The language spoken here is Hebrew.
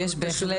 אכן.